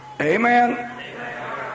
Amen